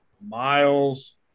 Miles